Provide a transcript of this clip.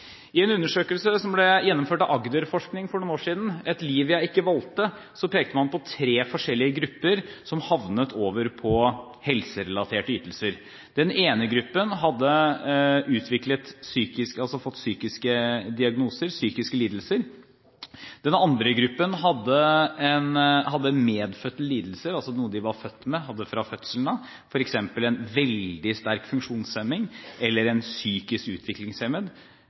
I en undersøkelse som ble gjennomført av Agderforskning for noen år siden, Et liv jeg ikke valgte, pekte man på tre forskjellige grupper som havnet over på helserelaterte ytelser. Den ene gruppen hadde fått psykiske diagnoser, psykiske lidelser. Den andre gruppen hadde medfødte lidelser, altså noe de var født med og hadde fra fødselen av, f.eks. en veldig sterk funksjonshemning eller en psykisk